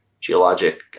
geologic